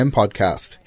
podcast